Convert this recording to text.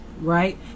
right